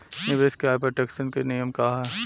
निवेश के आय पर टेक्सेशन के नियम का ह?